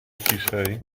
ciszej